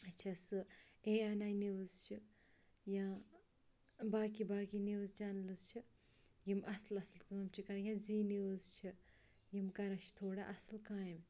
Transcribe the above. اچھا سُہ A N I news چھِ یا باقٕے باقٕے نِوٕز چَنلٕز چھِ یِم اَصٕل اَصٕل کٲم چھِ کَران یا زی نِوٕز چھِ یِم کَران چھِ تھوڑا اَصٕل کامہِ